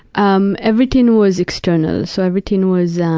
um everything was external, so everything was